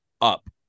up